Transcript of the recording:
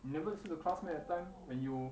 you never see the class meh that time when you